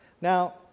Now